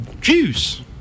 Juice